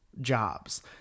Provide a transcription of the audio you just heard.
Jobs